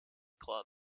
club